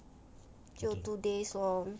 就 two days lor